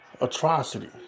atrocity